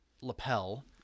lapel